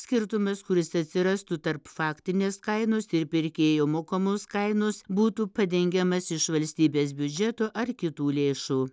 skirtumas kuris atsirastų tarp faktinės kainos ir pirkėjo mokamos kainos būtų padengiamas iš valstybės biudžeto ar kitų lėšų